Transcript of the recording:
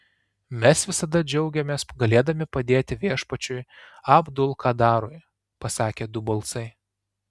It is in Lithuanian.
mes visada džiaugiamės galėdami padėti viešpačiui abd ul kadarui pasakė du balsai